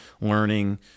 learning